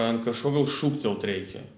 ant kažko gal šūktelt reikia